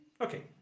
Okay